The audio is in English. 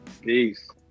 Peace